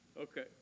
Okay